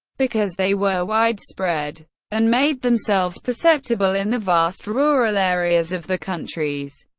because they were widespread and made themselves perceptible in the vast rural areas of the countries,